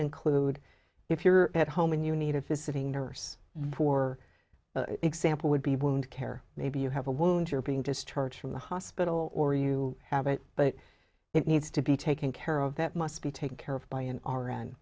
include if you're at home and you need a visiting nurse for example would be wound care maybe you have a wound you're being discharged from the hospital or you have it but it needs to be taken care of that must be taken care of by an r